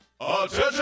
Attention